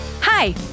hi